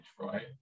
right